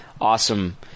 awesome